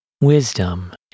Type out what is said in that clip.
wisdom